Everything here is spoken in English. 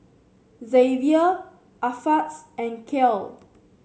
Xzavier Alpheus and Kyle